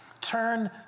turn